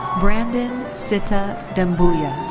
brandon sitta dumbuya.